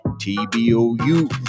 T-B-O-U